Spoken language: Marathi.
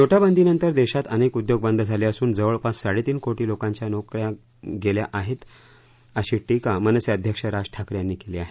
नोटाबंदीनंतर देशात अनेक उद्योग बंद झाले असून जवळपास साडेतीन कोटी लोकांच्या नोक या गेल्या आहेत अशी टिका मनसे अध्यक्ष राज ठाकरे यांनी केली आहे